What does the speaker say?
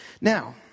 Now